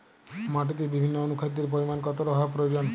মাটিতে বিভিন্ন অনুখাদ্যের পরিমাণ কতটা হওয়া প্রয়োজন?